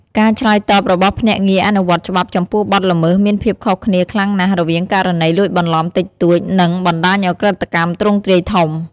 ការឆ្លើយតបរបស់ភ្នាក់ងារអនុវត្តច្បាប់ចំពោះបទល្មើសមានភាពខុសគ្នាខ្លាំងណាស់ រវាងករណីលួចបន្លំតិចតួច និងបណ្ដាញឧក្រិដ្ឋកម្មទ្រង់ទ្រាយធំ។